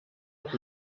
auf